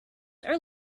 are